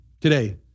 today